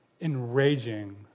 enraging